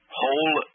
whole